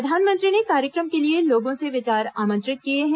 प्रधानमंत्री ने कार्यक्रम के लिए लोगों से विचार आंमत्रित किए हैं